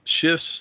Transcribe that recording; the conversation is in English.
shifts